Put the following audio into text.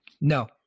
no